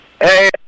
Hey